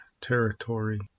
territory